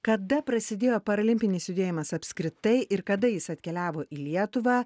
kada prasidėjo parolimpinis judėjimas apskritai ir kada jis atkeliavo į lietuvą